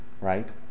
right